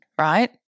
right